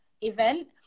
event